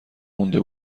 مونده